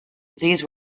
these